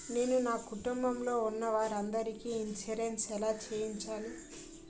నేను నా కుటుంబం లొ ఉన్న వారి అందరికి ఇన్సురెన్స్ ఎలా చేయించాలి?